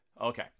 Okay